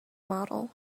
model